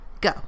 go